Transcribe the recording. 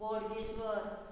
Bodgeshwar